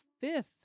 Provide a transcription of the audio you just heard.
fifth